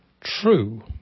true